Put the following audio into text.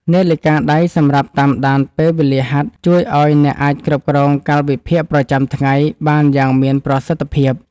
នាឡិកាដៃសម្រាប់តាមដានពេលវេលាហាត់ ជួយឱ្យអ្នកអាចគ្រប់គ្រងកាលវិភាគប្រចាំថ្ងៃបានយ៉ាងមានប្រសិទ្ធភាព។